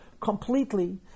completely